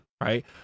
right